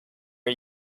are